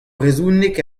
brezhoneg